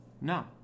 No